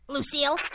Lucille